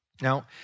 Now